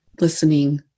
listening